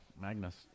Magnus